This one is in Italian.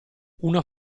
una